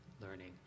learning